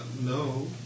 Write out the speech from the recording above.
no